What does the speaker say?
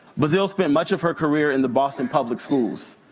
bazile spent much of her career in the boston public schools.